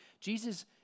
Jesus